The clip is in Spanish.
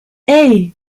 hey